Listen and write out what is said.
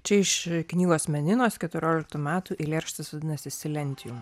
čia iš knygos meninos keturioliktų metų eilėraštis vadinasi silentium